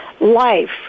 life